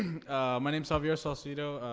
my name's javier sal-sito.